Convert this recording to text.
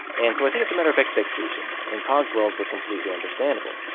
and so i think it's a matter of expectations, and cogswell's were completely understandable.